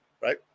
right